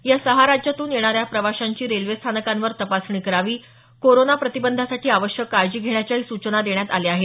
या सहा राज्यांतून येणाऱ्या प्रवाशांची रेल्वे स्थानकांवर तपासणी करावी कोरोना प्रतिबंधासाठी आवश्यक काळजी घेण्याच्याही सूचना देण्यात आल्या आहेत